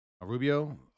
Rubio